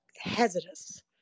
hazardous